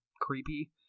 creepy